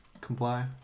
comply